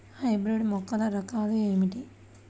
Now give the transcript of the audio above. Hybrid మొక్కల రకాలు ఏమిటి?